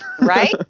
Right